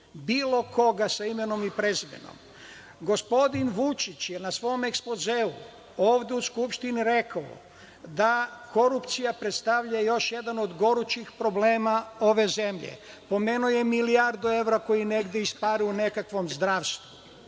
bilo koga sa imenom i prezimenom. Gospodin Vučić je na svom ekspozeu ovde u Skupštini rekao da korupcija predstavlja još jedan od gorućih problema ove zemlje. Pomenuo je milijardu evra koje negde ispare, u nekakvom zdravstvu. Ponovo